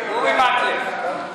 אורי מקלב.